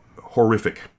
horrific